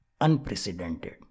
unprecedented